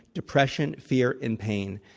depression, fear and pain.